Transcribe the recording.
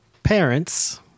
Parents